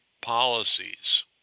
policies